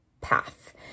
path